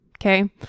okay